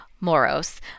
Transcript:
Moros